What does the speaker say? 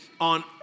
on